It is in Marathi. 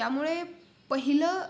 त्यामुळे पहिलं